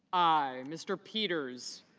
i. mr. peters